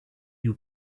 you